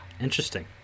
interesting